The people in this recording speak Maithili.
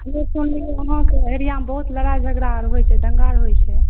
हम सुनलियै अहाँके एरिआमे बहुत लड़ाइ झगड़ा आर होइ छै दङ्गा आर होइत छै